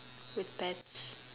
with pets